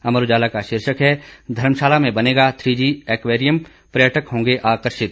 अमर उजाला का शीर्षक है धर्मशाला में बनेगा थ्रीजी एक्वेरियम पर्यटक होंगे आकर्षित